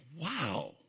wow